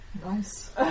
Nice